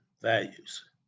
values